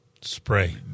Spray